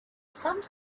some